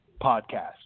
podcast